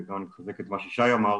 ואני מחזק את מה ששי אמר,